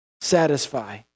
satisfy